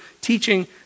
teaching